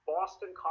Boston